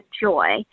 joy